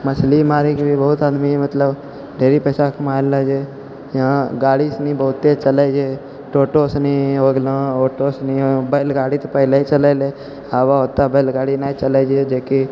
मछली मारैके भी बहुत आदमी मतलब ढेरी पैसा कमाइ यहाँ गाड़ी सबनी बहुते चलै छै टोटो सनी हो गेलऽहँ ऑटो सनी बैलगाड़ी तऽ पहिले ही चलै रहै आबऽ ओते बैलगाड़ी नहि चलै छै जेकि